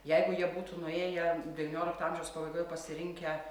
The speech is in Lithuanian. jeigu jie būtų nuėję devyniolikto amžiaus pabaigoje pasirinkę